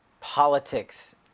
politics